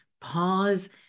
pause